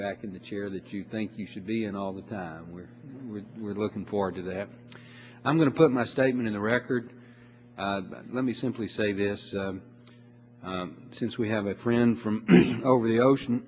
back in the chair that you think you should be and all the time when we were looking forward to that i'm going to put my statement in the record let me simply say this since we have a friend from over the ocean